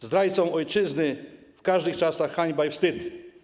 Zdrajcom ojczyzny w każdych czasach hańba i wstyd!